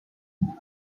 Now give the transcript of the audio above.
محمدی